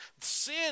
Sin